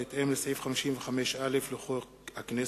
בהתאם לסעיף 55(א) לחוק הכנסת,